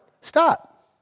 Stop